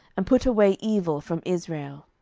and put away evil from israel.